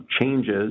changes